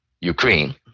Ukraine